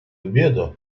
обеда